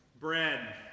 Bread